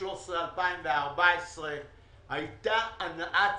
2013, 2014 היתה הנאה צרופה.